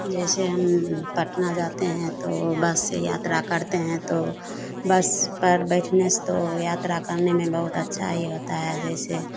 जैसे हम पटना जाते हैं तो बस से यात्रा करते हैं तो बस पर बैठने से तो यात्रा करने में बहुत अच्छा ही होता है जैसे